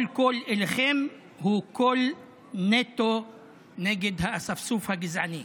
כל קול אליכם הוא קול נטו נגד האספסוף הגזעני.